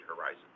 horizon